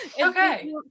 Okay